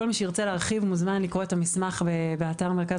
כל מי שירצה להרחיב מוזמן לקרוא את המסמך באתר מרכז